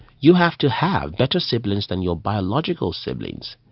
you have to have better siblings than your biological siblings.